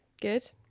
Good